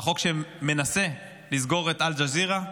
החוק שמנסה לסגור את אל-ג'זירה,